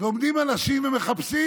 ועומדים אנשים ומחפשים,